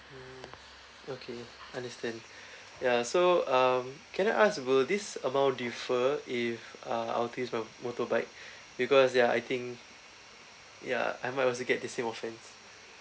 mm okay understand ya so um can I ask will this amount differ if uh I'll takes my motorbike because yeah I think yeah I might also get the same offence